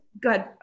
good